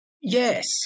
yes